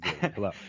Hello